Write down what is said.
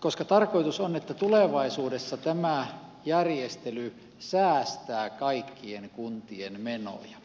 koska tarkoitus on että tulevaisuudessa tämä järjestely säästää kaikkien kuntien menoja